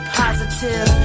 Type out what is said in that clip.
positive